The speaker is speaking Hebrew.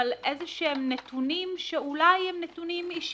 אבל נתונים שהם אולי אישיים.